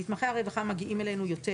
נתמכי הרווחה מגיעים אלינו יותר